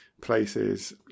places